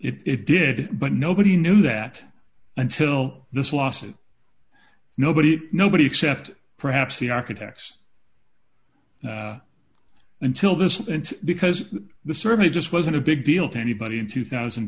yes it did but nobody knew that until this lawsuit nobody nobody except perhaps the architects until this and because the certainly just wasn't a big deal to anybody in two thousand